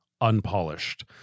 unpolished